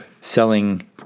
selling